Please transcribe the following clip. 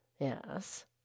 Yes